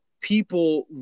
people